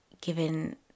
given